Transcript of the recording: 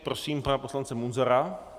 Prosím pana poslance Munzara.